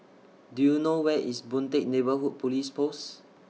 Do YOU know Where IS Boon Teck Neighbourhood Police Post